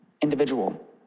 individual